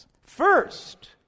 First